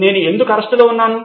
నేను ఎందుకు అరెస్టులో ఉన్నాను